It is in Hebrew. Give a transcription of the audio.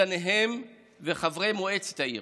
סגניהם וחברי מועצת העיר.